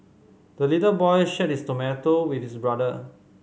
the little boy shared his tomato with his brother